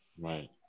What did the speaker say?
Right